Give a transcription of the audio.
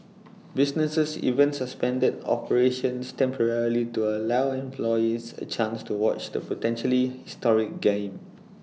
businesses even suspended operations temporarily to allow employees A chance to watch the potentially historic game